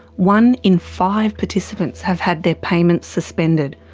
one in five participants have had their payments suspended.